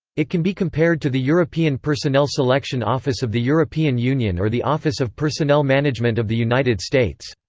it can be compared to the european personnel selection office of the european union or the office of personnel management of the united states.